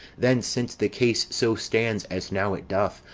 then, since the case so stands as now it doth,